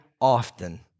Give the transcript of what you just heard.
often